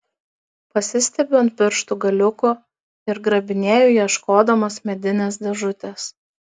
pasistiebiu ant pirštų galiukų ir grabinėju ieškodamas medinės dėžutės